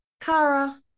Kara